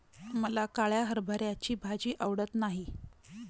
मला काळ्या हरभऱ्याची भाजी आवडत नाही